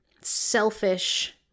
selfish